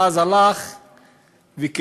ואז הלך וקיבל,